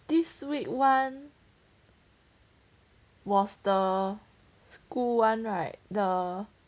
this week one was the school [one] right the